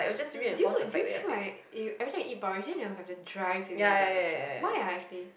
do you do you feel like you every time you eat porridge then you have a dry feeling at the back of your throat why ah actually